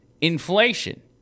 inflation